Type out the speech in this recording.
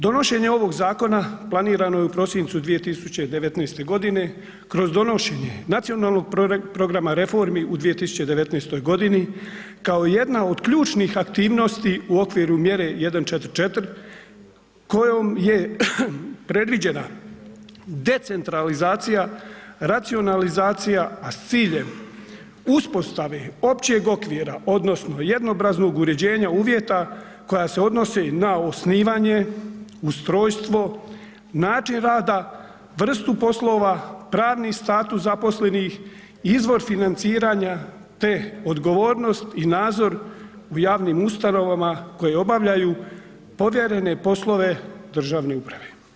Donošenje ovog zakona predviđeno je u prosincu 2019., kroz donošenje nacionalnog programa reformi u 2019. g. kao jedna od ključnih aktivnosti u okviru mjere 144 kojom je predviđena decentralizacija, racionalizacija, a s ciljem uspostave općeg okvira odnosno jednoobraznog uređenja uvjeta koja se odnosi na osnivanje, ustrojstvo, način rada, vrstu poslova, pravni status zaposlenih, izvor financiranja te odgovornost i nadzor u javnim ustanovama koje obavljaju povjerene poslove Državne uprave.